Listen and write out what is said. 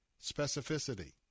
specificity